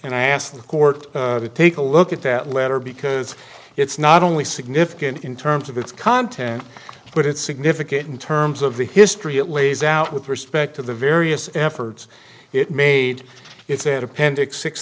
and i ask the court to take a look at that letter because it's not only significant in terms of its content but it's significant in terms of the history it lays out with respect to the various efforts it made it's an appendix six